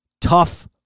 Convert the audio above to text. tough